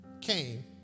came